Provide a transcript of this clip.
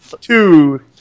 two